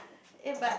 eh but